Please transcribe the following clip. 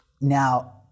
now